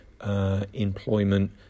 Employment